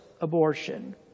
abortion